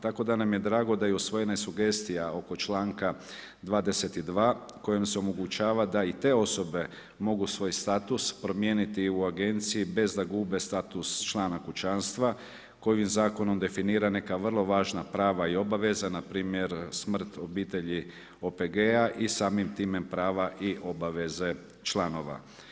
Tako da nam je drago da je usvojena sugestija oko čl. 22 kojim se omogućava da i te osobe mogu svoj status u agenciji bez da gube status člana kućanstva koji Zakonom definira neka vrlo važna prava i obaveze, npr. smrt u obitelji OPG-a i samim time prava i obveze članova.